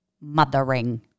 mothering